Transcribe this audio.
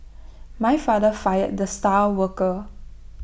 my father fired the star worker